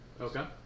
Okay